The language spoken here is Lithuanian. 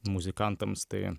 muzikantams tai